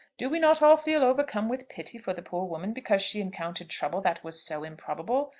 do we not all feel overcome with pity for the poor woman because she encountered trouble that was so improbable?